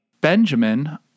Benjamin